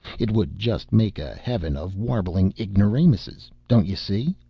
it would just make a heaven of warbling ignoramuses, don't you see?